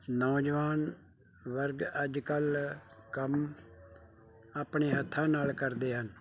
ਨੌਜਵਾਨ ਵਰਗ ਅੱਜ ਕੱਲ੍ਹ ਕੰਮ ਆਪਣੇ ਹੱਥਾਂ ਨਾਲ ਕਰਦੇ ਹਨ